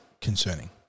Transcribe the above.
concerning